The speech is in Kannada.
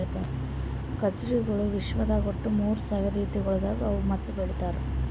ಖಜುರಿಗೊಳ್ ವಿಶ್ವದಾಗ್ ಒಟ್ಟು ಮೂರ್ ಸಾವಿರ ರೀತಿಗೊಳ್ದಾಗ್ ಅವಾ ಮತ್ತ ಬೆಳಿತಾರ್